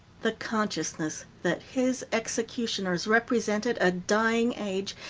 the consciousness that his executioners represented a dying age,